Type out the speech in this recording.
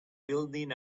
building